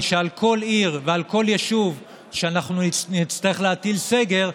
הרי שעל כל עיר ועל כל יישוב שאנחנו נצטרך להטיל סגר,